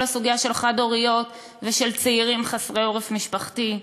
הסוגיה של חד-הוריות ושל צעירים חסרי עורף משפחתי,